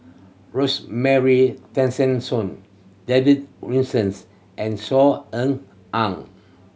Rosemary Tessensohn David Wilsons and Saw Ean Ang